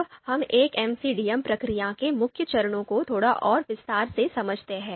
अब हम एक MCDM प्रक्रिया के मुख्य चरणों को थोड़ा और विस्तार से समझते हैं